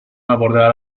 abordar